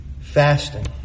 fasting